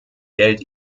geld